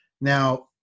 Now